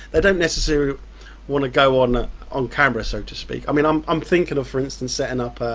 they don't necessarily want to go on on camera so to speak. i mean i'm i'm thinking of, for instance, setting up,